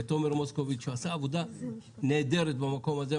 לתומר מוסקוביץ' שעשה עבודה נהדרת במקום הזה,